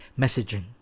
messaging